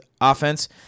offense